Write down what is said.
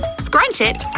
scrunch it,